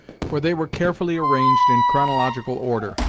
for they were carefully arranged in chronological order,